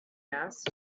asked